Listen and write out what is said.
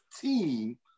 team